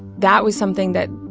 that was something that